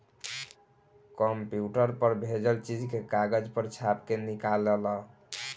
computer पर भेजल चीज के कागज पर छाप के निकाल ल